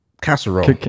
casserole